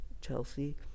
Chelsea